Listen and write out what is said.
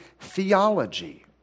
theology